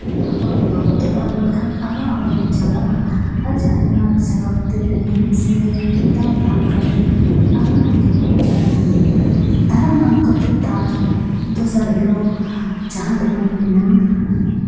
ᱟᱠᱚ ᱵᱟᱠᱚ ᱛᱚᱯᱟᱜ ᱞᱮᱱᱠᱷᱟᱱ ᱟᱨᱦᱚᱸ ᱟᱵᱚ ᱵᱚᱱ ᱪᱟᱞᱟᱜᱼᱟ ᱟᱨ ᱡᱟᱦᱮᱨ ᱜᱟᱲ ᱨᱮ ᱪᱟᱞᱟᱣ ᱠᱟᱛᱮᱫ ᱮᱱᱮᱡ ᱥᱮᱨᱮᱧ ᱛᱩᱢᱫᱟᱜ ᱴᱟᱢᱟᱠ ᱟᱛᱮᱫ ᱟᱨᱦᱚᱸ ᱱᱟᱭᱠᱮ ᱵᱚᱱ ᱫᱟᱨᱟᱢ ᱟᱹᱜᱩᱭᱮᱭᱟ ᱫᱟᱨᱟᱢ ᱟᱹᱜᱩ ᱠᱟᱛᱮᱫ ᱛᱟᱨ ᱫᱚᱥᱟᱨ ᱦᱤᱞᱳᱜ ᱡᱟᱦᱟᱸ ᱫᱚᱵᱚᱱ ᱢᱮᱱᱟ